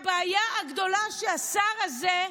הבעיה הגדולה שהשר הזה,